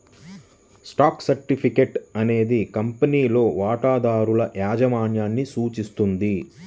stock certificate అనేది కంపెనీలో వాటాదారుల యాజమాన్యాన్ని సూచిస్తుంది